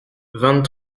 vingt